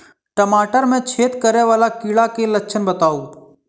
टमाटर मे छेद करै वला कीड़ा केँ लक्षण बताउ?